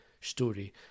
story